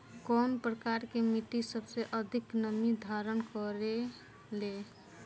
कउन प्रकार के मिट्टी सबसे अधिक नमी धारण करे ले?